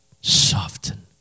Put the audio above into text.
soften